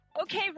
Okay